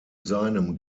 seinem